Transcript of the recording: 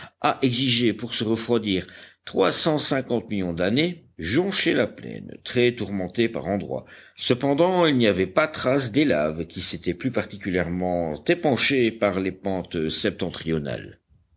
a exigé pour se refroidir trois cent cinquante millions d'années jonchaient la plaine très tourmentée par endroits cependant il n'y avait pas trace des laves qui s'étaient plus particulièrement épanchées par les pentes septentrionales